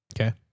Okay